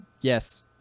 yes